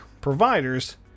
providers